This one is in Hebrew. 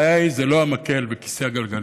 הבעיה היא לא המקל בכיסא הגלגלים,